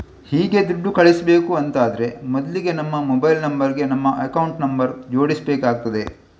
ಹೀಗೆ ದುಡ್ಡು ಕಳಿಸ್ಬೇಕು ಅಂತಾದ್ರೆ ಮೊದ್ಲಿಗೆ ನಮ್ಮ ಮೊಬೈಲ್ ನಂಬರ್ ಗೆ ನಮ್ಮ ಅಕೌಂಟ್ ನಂಬರ್ ಜೋಡಿಸ್ಬೇಕಾಗ್ತದೆ